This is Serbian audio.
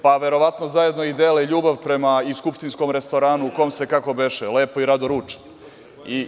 Pa, verovatno i zajedno dele ljubav prema skupštinskom restoranu u kom se, kako beše, lepo i rado ruča.